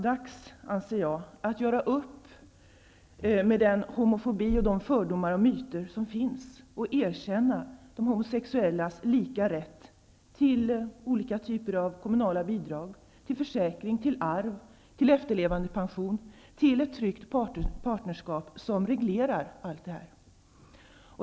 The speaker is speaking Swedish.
Jag anser att det är dags att göra upp med den homofobi och de fördomar och myter som finns och erkänna de homosexuellas lika rätt till olika typer av kommunala bidrag, försäkring, arv samt efterlevandepension och till ett tryggt partnerskap som reglerar allt detta.